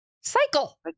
cycle